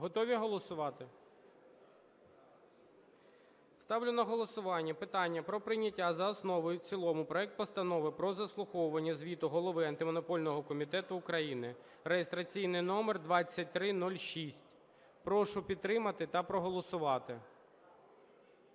Готові голосувати? Ставлю на голосування питання про прийняття за основу і в цілому проект Постанови про заслуховування звіту Голови Антимонопольного комітету України (реєстраційний номер 2306). Прошу підтримати та проголосувати.